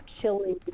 chili